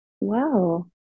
Wow